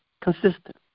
consistent